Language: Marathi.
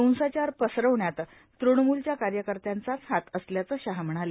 हिंसाचार पसरवण्यात तृणमुलच्या कार्यकर्त्यांचाच हात असल्याचं शहा म्हणाले